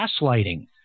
gaslighting